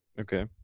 Okay